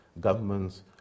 governments